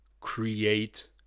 create